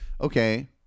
Okay